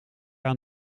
aan